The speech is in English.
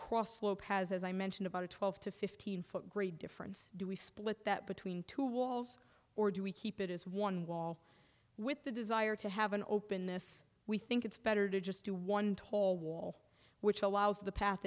cross slope has as i mentioned about a twelve to fifteen foot gray difference do we split that between two walls or do we keep it as one wall with the desire to have an openness we think it's better to just do one tall wall which allows the path